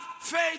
faith